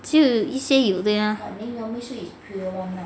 只有一些有对吗